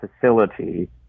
facility